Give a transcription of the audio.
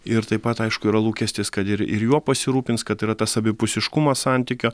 ir taip pat aišku yra lūkestis kad ir ir juo pasirūpins kad yra tas abipusiškumas santykio